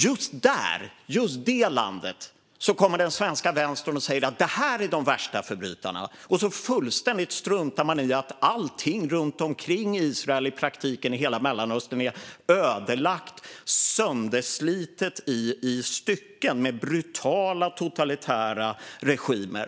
Just detta land säger den svenska vänstern är de värsta förbrytarna, och man struntar fullständigt i att allting runt omkring Israel - i praktiken hela Mellanöstern - är ödelagt, sönderslitet i stycken, med brutala totalitära regimer.